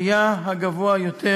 היה הגבוה יותר,